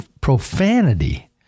profanity